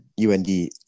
UND